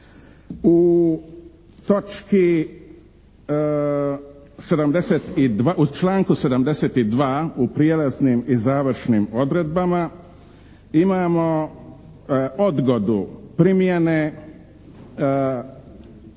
U članku 72. u prijelaznim i završnim odredbama imamo odgodu primjene